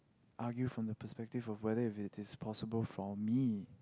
argue from the prospective of weather is possible for me